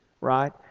right